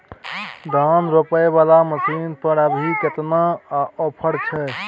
धान रोपय वाला मसीन पर अभी केतना ऑफर छै?